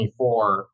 24